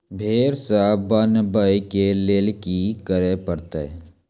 फेर सॅ बनबै के लेल की करे परतै?